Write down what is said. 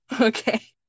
Okay